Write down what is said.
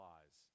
Lies